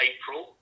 April